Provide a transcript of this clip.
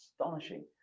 astonishing